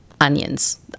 onions